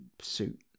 suit